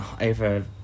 over